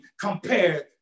compared